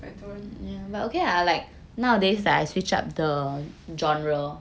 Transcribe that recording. I don't